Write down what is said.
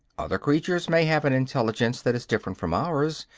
other creatures may have an intelligence that is different from ours,